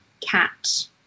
cat